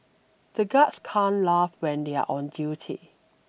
the guards can't laugh when they are on duty